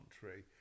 country